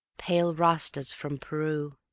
pale rastas from peru,